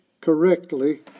correctly